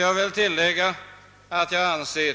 Jag vill tillägga att jag anser